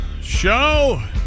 Show